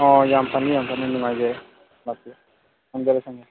ꯑꯣ ꯌꯥꯝ ꯐꯅꯤ ꯌꯥꯝ ꯐꯅꯤ ꯅꯨꯡꯉꯥꯏꯖꯔꯦ ꯂꯥꯛꯄꯤꯌꯨ ꯊꯝꯖꯔꯦ ꯊꯝꯖꯔꯦ